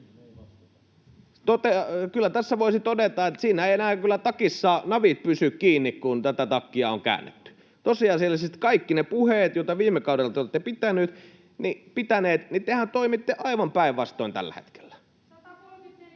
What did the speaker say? Kyllä tässä voisi todeta, että siinä eivät enää takissa napit pysy kiinni, kun tätä takkia on käännetty. Tosiasiallisesti kaikki ne puheet, joita viime kaudella te olette pitäneet — tehän toimitte aivan päinvastoin tällä hetkellä.